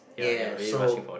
ya so